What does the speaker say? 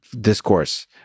discourse